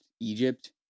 Egypt